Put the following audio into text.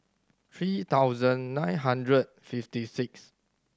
three thousand nine hundred fifty sixth